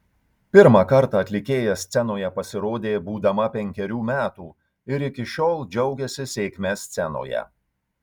pirmą kartą atlikėja scenoje pasirodė būdama penkerių metų ir iki šiol džiaugiasi sėkme scenoje